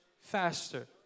faster